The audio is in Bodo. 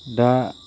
दा